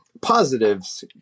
positives